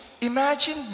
imagine